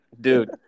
Dude